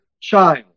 child